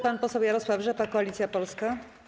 Pan poseł Jarosław Rzepa, Koalicja Polska.